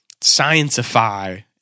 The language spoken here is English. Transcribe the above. scientify